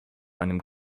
einem